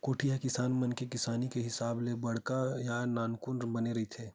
कोठी ह किसान मन के किसानी के हिसाब ले बड़का या नानकुन बने रहिथे